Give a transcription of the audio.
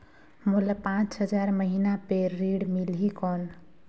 मोला पांच हजार महीना पे ऋण मिलही कौन?